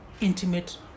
intimate